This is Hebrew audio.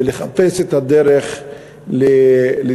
ולחפש את הדרך לדיאלוג,